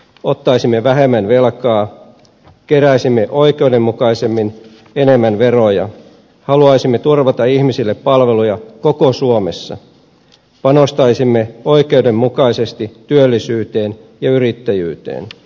ottaisimme vähemmän velkaa keräisimme oikeudenmukaisemmin enemmän veroja haluaisimme turvata ihmisille palveluja koko suomessa panostaisimme oikeudenmukaisesti työllisyyteen ja yrittäjyyteen